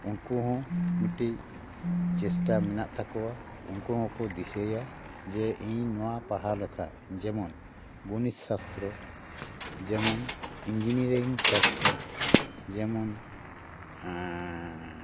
ᱩᱱᱠᱩ ᱦᱚᱸ ᱢᱤᱫᱴᱮᱱ ᱪᱮᱥᱴᱟ ᱢᱮᱱᱟᱜ ᱛᱟᱠᱚᱭᱟ ᱩᱱᱠᱩ ᱦᱚᱠᱚ ᱫᱤᱥᱟᱹᱭᱟ ᱡᱮ ᱤᱧ ᱱᱚᱣᱟ ᱯᱟᱲᱦᱟᱣ ᱞᱮᱠᱷᱟᱡ ᱡᱮᱢᱚᱱ ᱜᱚᱱᱤᱛ ᱥᱟᱥᱛᱨᱚ ᱡᱮᱢᱚᱱ ᱮᱤᱧᱡᱤᱱᱤᱭᱟᱨᱤᱝ ᱥᱟᱥᱛᱨᱚ ᱡᱮᱢᱚᱱ